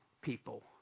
people